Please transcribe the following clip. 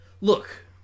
look